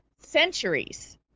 Centuries